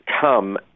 come